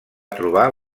trobar